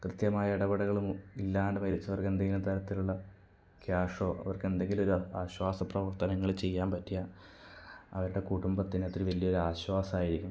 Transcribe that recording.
കൃത്യമായ ഇടപെടലുകൾ ഇല്ലാണ്ട് മരിച്ചവർക്ക് എന്തെങ്കിലും തരത്തിലൊള്ള ക്യാഷോ അവർക്കെന്തെങ്കിലും ഒരു ആശ്വാസ പ്രവർത്തനങ്ങള് ചെയ്യാൻ പറ്റിയാ അവരുടെ കുടുംബത്തിന് അതൊരു വലിയൊരാശ്വാസം ആയിരിക്കും